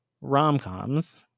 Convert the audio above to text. rom-coms